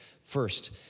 First